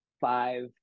five